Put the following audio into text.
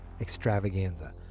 Extravaganza